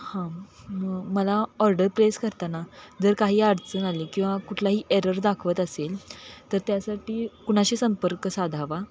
हां मग मला ऑर्डर प्लेस करताना जर काही अडचण आली किंवा कुठलाही एरर दाखवत असेल तर त्यासाठी कुणाशी संपर्क साधावा